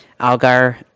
Algar